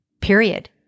period